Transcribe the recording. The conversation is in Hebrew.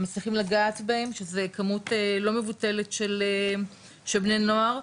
מצליחים לגעת בהם שזה כמות לא מבוטלת של בני נוער.